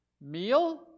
meal